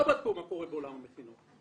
לא בדקו מה קורה בעולם המכינות.